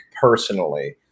personally